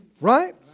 right